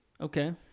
Okay